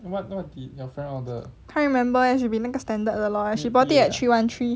can't remember leh should be 那个 standard 的 lor she bought it at three one three